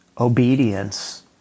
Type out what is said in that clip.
obedience